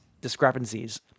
discrepancies